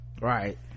Right